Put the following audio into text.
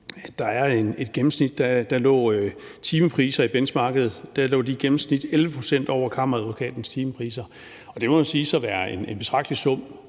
der er et gennemsnit. Timepriser lå i benchmarket i gennemsnit 11 pct. over Kammeradvokatens timepriser. Det må jo siges at være en betragtelig sum,